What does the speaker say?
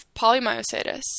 polymyositis